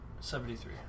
Seventy-three